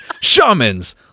shamans